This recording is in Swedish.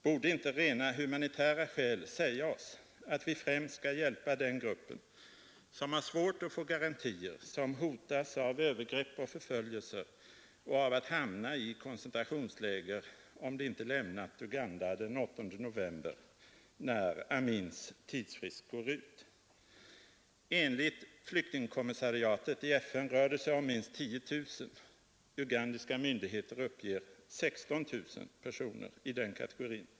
Borde inte rent humanitära skäl säga oss att vi främst skall hjälpa dem som tillhör den här gruppen, de som har svårt att få garantier, som hotas av ger, om de övergrepp och förföljelser och av att hamna i koncentratio inte lämnat Uganda den 8 november, när Amins tidsfrist går ut? Enligt flyktingkommissariatet rör det sig om minst 10 000 ugandiska myndigheter uppger 16 000 — personer i den kategorin.